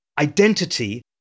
Identity